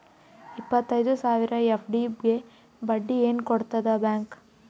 ಇಪ್ಪತ್ತೈದು ಸಾವಿರ ಎಫ್.ಡಿ ಗೆ ಬಡ್ಡಿ ಏನ ಕೊಡತದ ಬ್ಯಾಂಕ್?